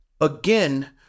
again